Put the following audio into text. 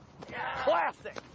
Classic